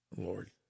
Lord